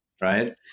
right